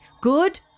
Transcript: Good